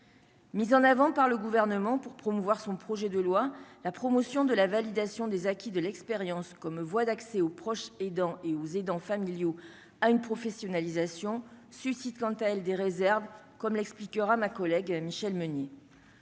Mise en avant par le gouvernement pour promouvoir son projet de loi, la promotion de la validation des acquis de l'expérience comme voie d'accès aux proches aidants et aux aidants familiaux à une professionnalisation suscite quant à elle des réserves, comme l'expliquera ma collègue Michèle Meunier